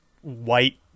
white